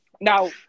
Now